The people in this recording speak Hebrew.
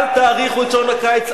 אל תאריכו את שעון הקיץ,